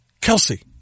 Kelsey